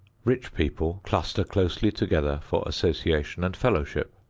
rich people cluster closely together for association and fellowship.